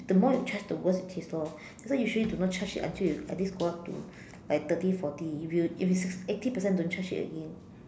the more you charge to worse case lor that's why usually do not charge it until you at least go up to like thirty forty if you have eighty percent don't charge it again